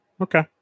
Okay